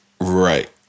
Right